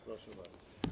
Proszę bardzo.